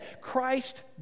Christ